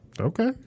Okay